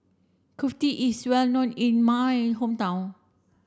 Kulfi is well known in my hometown